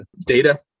data